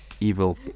evil